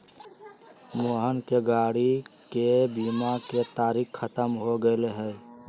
मोहन के गाड़ी के बीमा के तारिक ख़त्म हो गैले है